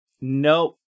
nope